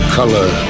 color